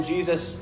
Jesus